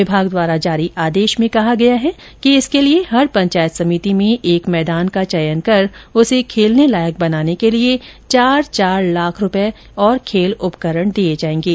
विभाग द्वारा जारी आदेश में कहा गया है कि इसके लिए हर पंचायत सभिति में एक मैदान का चयन कर उसे खेलने लायक बनाने के लिए चार चार लाख रुपये और खेल उपकरण दिये जाएंगे